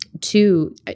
two